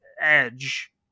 Edge